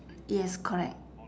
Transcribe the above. yes correct